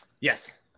Yes